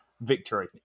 victory